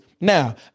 Now